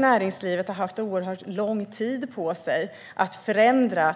Näringslivet har haft mycket lång tid på sig att förändra